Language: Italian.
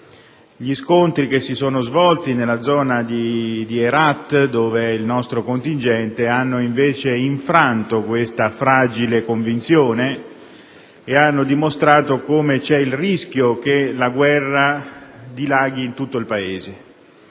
Gli scontri che si sono svolti nella zona di Herat, dove si trova il nostro contingente, hanno invece infranto questa fragile convinzione ed hanno evidenziato il rischio che la guerra dilaghi in tutto il Paese